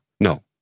no